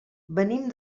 venim